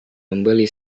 membeli